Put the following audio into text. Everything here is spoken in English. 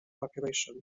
population